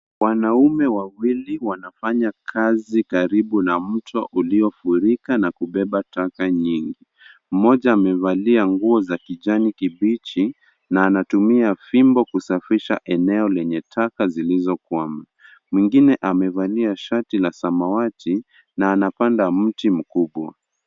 Wanaume wawili wanafanya kazi karibu na mto uliofurika na kubeba taka nyingi. Mmoja amevalia nguo za kijani kibichi, na anatumia fimbo kusafisha eneo lenye taka zilizokwama. Mwingine amevalia shati la samawati na anapanda mti mkubwa.